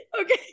okay